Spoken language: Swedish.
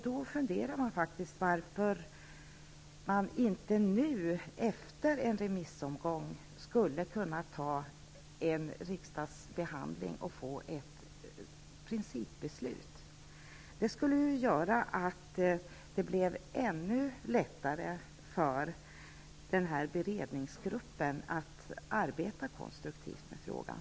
Då undrar jag varför frågan nu, efter en remissomgång, inte kan bli föremål för en riksdagsbehandling och ett principbeslut fattas. Det skulle göra det ännu lättare för beredningsgruppen att arbeta konstruktivt med frågan.